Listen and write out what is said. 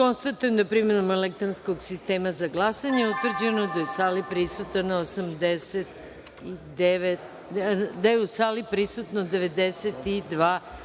da je, primenom elektronskog sistema za glasanje, utvrđeno da je u sali prisutno 92